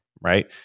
Right